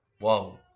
Wow